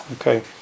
Okay